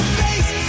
face